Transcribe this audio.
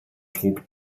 druck